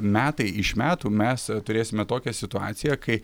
metai iš metų mes turėsime tokią situaciją kai